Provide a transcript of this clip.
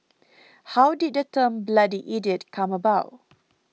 how did the term bloody idiot come about